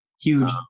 huge